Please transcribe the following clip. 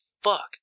Fuck